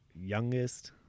youngest